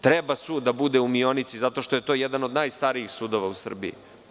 Treba sud da bude u Mionici, zato što je to jedan od najstarijih sudova u Srbiji.